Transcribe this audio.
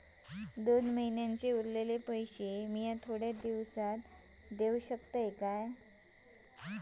दोन महिन्यांचे उरलेले पैशे मी थोड्या दिवसा देव शकतय?